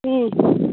ꯎꯝ